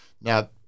Now